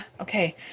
Okay